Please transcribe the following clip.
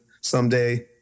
someday